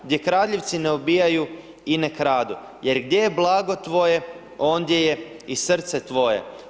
Gdje kradljivci ne obijaju i ne kradu jer gdje je blago tvoje, ondje je i srce tvoje.